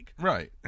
Right